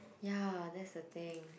ya that is the thing